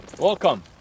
Welcome